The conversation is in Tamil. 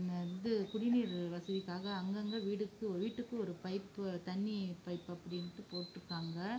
ம இது குடிநீர் வசதிக்காக அங்கங்கே வீடுக்கு வீட்டுக்கு ஒரு பைப்பு தண்ணி பைப்பு அப்படின்ட்டு போட்டிருக்காங்க